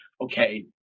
Okay